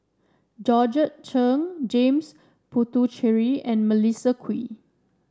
Georgette Chen James Puthucheary and Melissa Kwee